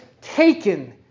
taken